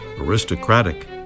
aristocratic